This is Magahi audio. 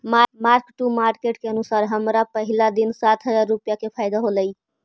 मार्क टू मार्केट के अनुसार हमरा पहिला दिन सात हजार रुपईया के फयदा होयलई